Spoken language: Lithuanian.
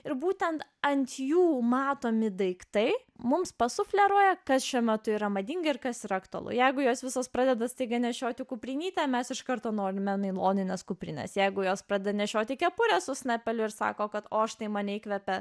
ir būtent ant jų matomi daiktai mums pasufleruoja kas šiuo metu yra madinga ir kas aktualu jeigu jos visos pradeda staiga nešioti kuprinytę mes iš karto norime nailoninės kuprinės jeigu jos pradeda nešioti kepurę su snapeliu ir sako kad o štai mane įkvepia